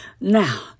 Now